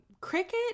cricket